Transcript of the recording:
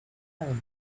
know